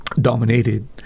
dominated